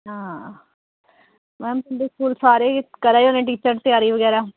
हां मैम तुं'दे कोल सारे जने करा दे होने टीचर त्यारी बगैरा